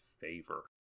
favor